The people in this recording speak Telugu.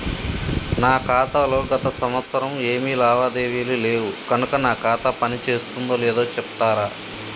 నా ఖాతా లో గత సంవత్సరం ఏమి లావాదేవీలు లేవు కనుక నా ఖాతా పని చేస్తుందో లేదో చెప్తరా?